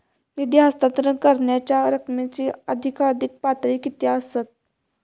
निधी हस्तांतरण करण्यांच्या रकमेची अधिकाधिक पातळी किती असात?